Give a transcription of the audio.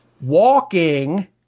walking